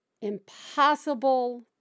Impossible